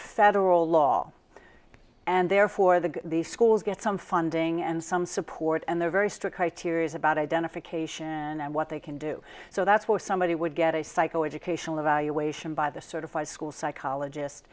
federal law and therefore the these schools get some funding and some support and their very strict criteria is about identification and what they can do so that's where somebody would get a psycho educational evaluation by the certified school psychologist